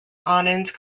anand